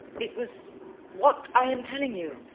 it was what i am telling you,